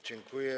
Dziękuję.